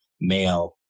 male